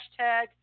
hashtag